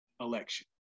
election